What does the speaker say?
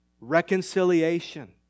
Reconciliation